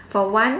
for one